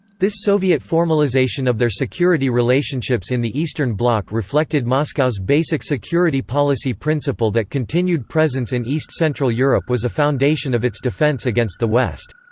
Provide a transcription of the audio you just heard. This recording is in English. this soviet formalization of their security relationships in the eastern bloc reflected moscow's basic security policy principle that continued presence in east central europe was a foundation of its defense against the west.